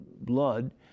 blood